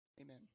amen